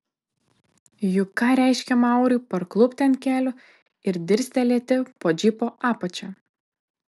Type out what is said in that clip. juk ką reiškė maurui parklupti ant kelių ir dirstelėti po džipo apačia